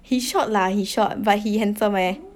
he short lah he short but he handsome eh